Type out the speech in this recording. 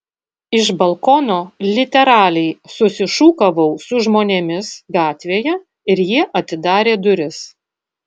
iš balkono literaliai susišūkavau su žmonėmis gatvėje ir jie atidarė duris